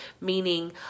Meaning